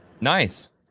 Nice